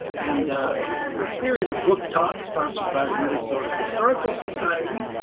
and this is a series of book talks sponsored by the minnesota historical society.